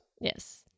Yes